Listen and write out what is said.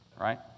right